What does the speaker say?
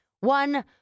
one